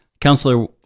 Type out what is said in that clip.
Councillor